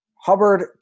Hubbard